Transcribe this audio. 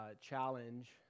challenge